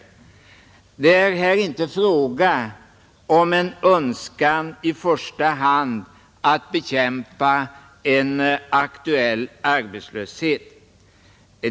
Det är här inte fråga om en önskan i första hand att bekämpa en aktuell arbetslöshet.